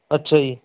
ਅੱਛਾ ਜੀ